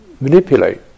manipulate